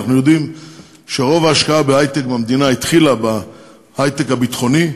אנחנו יודעים שרוב ההשקעה בהיי-טק במדינה התחילה בהיי-טק הביטחוני,